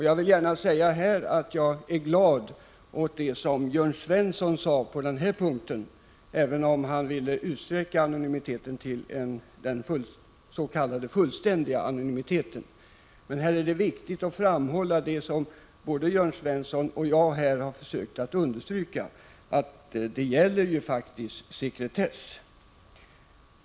Jag vill här gärna säga att jag är glad åt det som Jörn Svensson anförde på denna punkt, även om han vill utsträcka anonymiteten till en s.k. fullständig anonymitet. Det är i detta sammanhang viktigt att framhålla det som både Jörn Svensson och jag har försökt understryka, nämligen att sekretess faktiskt gäller.